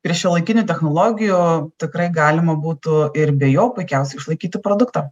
prie šiuolaikinių technologijų tikrai galima būtų ir be jo puikiausiai išlaikyti produktą